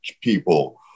people